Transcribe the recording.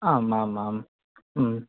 आम् आम् आम्